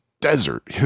desert